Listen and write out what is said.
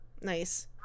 nice